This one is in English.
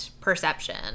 perception